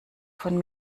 von